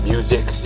Music